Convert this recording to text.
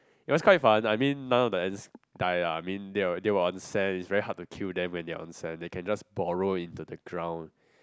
it was quite fun I mean none of the ants die lah I mean they were on sand it's very hard to kill them when they are on sand they can just burrow into the ground